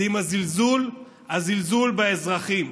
זה הזלזול באזרחים.